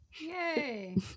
Yay